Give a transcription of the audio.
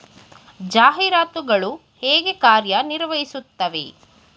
ಜಾಹೀರಾತುಗಳು ಹೇಗೆ ಕಾರ್ಯ ನಿರ್ವಹಿಸುತ್ತವೆ?